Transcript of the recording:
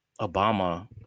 Obama